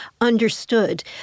understood